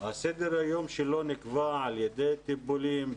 סדר היום שלו נקבע על ידי טיפולים,